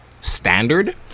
standard